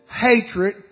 hatred